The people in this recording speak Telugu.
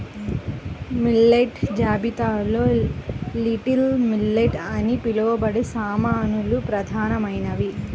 మిల్లెట్ జాబితాలో లిటిల్ మిల్లెట్ అని పిలవబడే సామలు ప్రధానమైనది